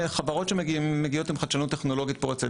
חברות שמגיעות עם חדשנות טכנולוגית פורצת